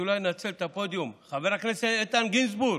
אולי אנצל את הפודיום: חבר הכנסת איתן גינזבורג,